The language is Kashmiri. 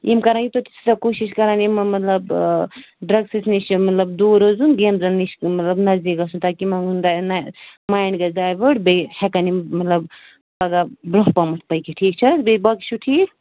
یِم کَرَن یوٗتاہ تہٕ کوٗشِش کَرَن یِمہٕ مطلب ڈرٛگسَس نِش مطلب دوٗر روزُن مطلب نَزدیٖک گژھُن تاکہِ یِمَن ہُنٛد مایِنٛڈ گژھِ ڈایوٲٹ بیٚیہِ ہٮ۪کَن یِم مطلب پَگاہ برٛونٛہہ پامَتھ پٔکِتھ ٹھیٖک چھےٚ بیٚیہِ باقی چھُو ٹھیٖک